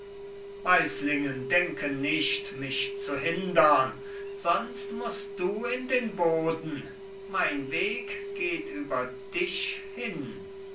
weislingen denke nicht mich zu hindern sonst mußt du in den boden mein weg geht über dich hin